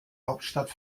hauptstadt